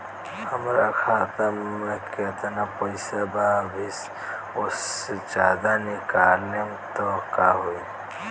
हमरा खाता मे जेतना पईसा बा अभीओसे ज्यादा निकालेम त का होई?